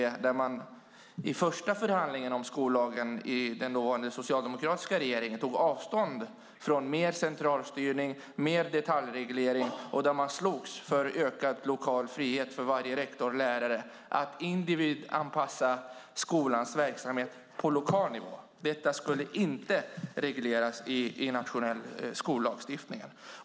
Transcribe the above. Där framgår att man i första förhandlingen om skollagen med den dåvarande socialdemokratiska regeringen tog avstånd från mer centralstyrning och detaljreglering och slogs för ökad frihet för varje lokal rektor och lärare att individanpassa skolan på lokal nivå. Detta skulle inte regleras i den nationella skollagstiftningen.